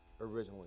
originally